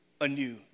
anew